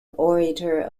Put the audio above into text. orator